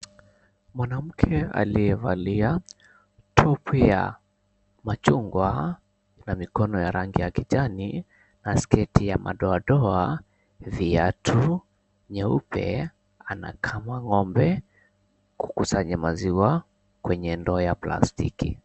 Mwanamke aliyevaa topi ya machungwa na mikono ya rangi ya kijani na sketi ya madoadoa, viatu nyeupe anakamua ng'ombe kukusanya maziwa kwenye ndoo ya plastiki.